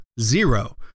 zero